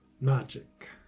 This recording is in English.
magic